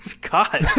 God